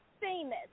famous